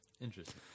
Interesting